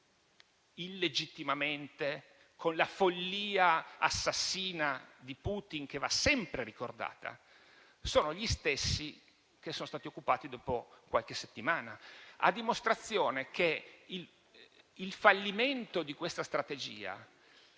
- illegittimamente, con la follia assassina di Putin, che va sempre ricordata - sono gli stessi che sono stati occupati dopo qualche settimana, a dimostrazione che il fallimento di questa strategia